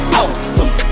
awesome